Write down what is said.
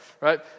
right